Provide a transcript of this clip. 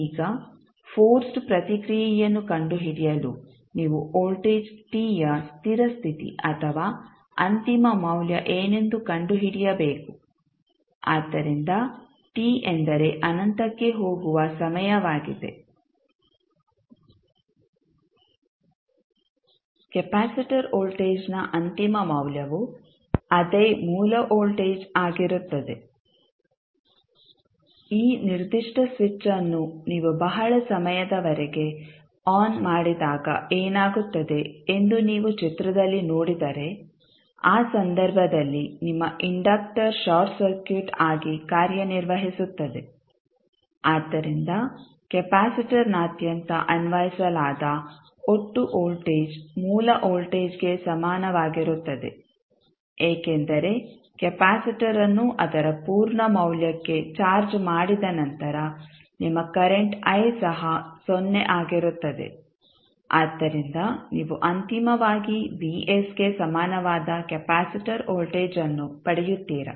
ಈಗ ಫೋರ್ಸ್ಡ್ ಪ್ರತಿಕ್ರಿಯೆಯನ್ನು ಕಂಡುಹಿಡಿಯಲು ನೀವು ವೋಲ್ಟೇಜ್ t ಯ ಸ್ಥಿರ ಸ್ಥಿತಿ ಅಥವಾ ಅಂತಿಮ ಮೌಲ್ಯ ಏನೆಂದು ಕಂಡುಹಿಡಿಯಬೇಕು ಆದ್ದರಿಂದ t ಎಂದರೆ ಅನಂತಕ್ಕೆ ಹೋಗುವ ಸಮಯವಾಗಿದೆ ಕೆಪಾಸಿಟರ್ ವೋಲ್ಟೇಜ್ನ ಅಂತಿಮ ಮೌಲ್ಯವು ಅದೇ ಮೂಲ ವೋಲ್ಟೇಜ್ ಆಗಿರುತ್ತದೆ ಈ ನಿರ್ದಿಷ್ಟ ಸ್ವಿಚ್ ಅನ್ನು ನೀವು ಬಹಳ ಸಮಯದವರೆಗೆ ಆನ್ ಮಾಡಿದಾಗ ಏನಾಗುತ್ತದೆ ಎಂದು ನೀವು ಚಿತ್ರದಲ್ಲಿ ನೋಡಿದರೆ ಆ ಸಂದರ್ಭದಲ್ಲಿ ನಿಮ್ಮ ಇಂಡಕ್ಟರ್ ಶಾರ್ಟ್ ಸರ್ಕ್ಯೂಟ್ ಆಗಿ ಕಾರ್ಯನಿರ್ವಹಿಸುತ್ತದೆ ಆದ್ದರಿಂದ ಕೆಪಾಸಿಟರ್ನಾದ್ಯಂತ ಅನ್ವಯಿಸಲಾದ ಒಟ್ಟು ವೋಲ್ಟೇಜ್ ಮೂಲ ವೋಲ್ಟೇಜ್ಗೆ ಸಮಾನವಾಗಿರುತ್ತದೆ ಏಕೆಂದರೆ ಕೆಪಾಸಿಟರ್ ಅನ್ನು ಅದರ ಪೂರ್ಣ ಮೌಲ್ಯಕ್ಕೆ ಚಾರ್ಜ್ ಮಾಡಿದ ನಂತರ ನಿಮ್ಮ ಕರೆಂಟ್ i ಸಹ ಸೊನ್ನೆ ಆಗಿರುತ್ತದೆ ಆದ್ದರಿಂದ ನೀವು ಅಂತಿಮವಾಗಿ Vs ಗೆ ಸಮಾನವಾದ ಕೆಪಾಸಿಟರ್ ವೋಲ್ಟೇಜ್ಅನ್ನು ಪಡೆಯುತ್ತೀರ